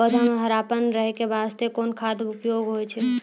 पौधा म हरापन रहै के बास्ते कोन खाद के उपयोग होय छै?